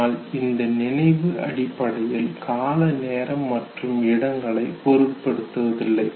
ஆனால் இந்த நினைவு அடிப்படையில் கால நேரம் மற்றும் இடங்களை பொருட்படுத்துவதில்லை